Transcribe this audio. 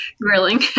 grilling